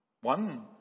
One